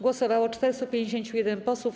Głosowało 451 posłów.